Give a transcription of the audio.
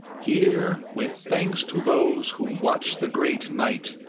here, with thanks to those who watch the great night,